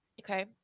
okay